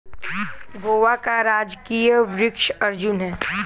गोवा का राजकीय वृक्ष अर्जुन है